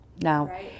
now